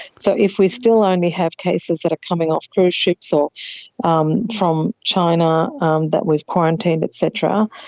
so if we still only have cases that are coming off cruise ships or um from china um that we've quarantined, et cetera,